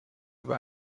über